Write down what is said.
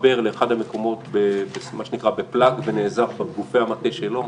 מתחבר לאחד המקומות מה שנקרא בפלאג ונעזר בגופי המטה שלו.